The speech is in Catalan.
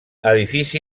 edifici